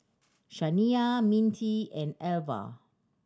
Shaniya Mintie and Alva